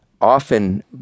Often